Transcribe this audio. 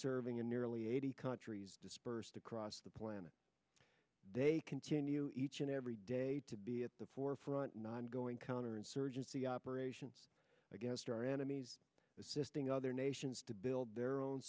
serving in nearly eighty countries dispersed across the planet they continue each and every day to be at the forefront not going counterinsurgency operations against our enemies assisting other nations to build their own